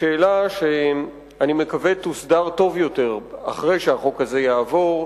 בשאלה שאני מקווה שתוסדר טוב יותר אחרי שהחוק הזה יעבור,